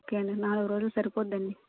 ఒకే అండి నాలుగు రోజులు సరిపోద్దండి